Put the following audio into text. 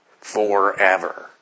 Forever